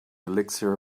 elixir